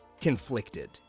conflicted